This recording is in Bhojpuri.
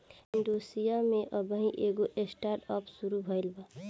इंडोनेशिया में अबही एगो स्टार्टअप शुरू भईल बा